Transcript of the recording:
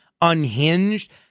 unhinged